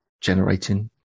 generating